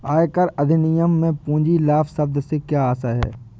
आयकर अधिनियम में पूंजी लाभ शब्द से क्या आशय है?